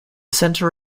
center